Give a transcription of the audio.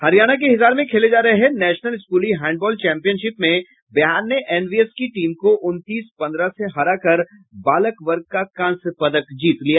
हरियाणा के हिसार में खेले जा रहे नेशनल स्कूली हैंडबॉल चैम्पियनशिप में बिहार ने एनवीएस की टीम को उनतीस पन्द्रह से हराकर बालक वर्ग का कांस्य पदक जीत लिया